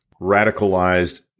radicalized